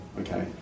Okay